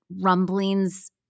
rumblings